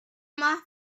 muff